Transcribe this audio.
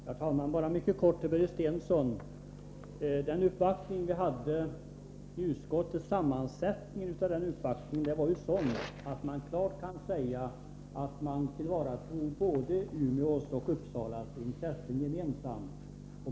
Herr talman! Bara mycket kort till Börje Stensson: Sammansättningen av den uppvaktning vi hade i utskottet var sådan att man klart kan säga att den tillvaratog Umeås och Uppsalas intressen gemensamt.